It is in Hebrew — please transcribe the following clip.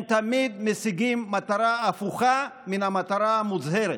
הם תמיד משיגים מטרה הפוכה מן המטרה המוצהרת.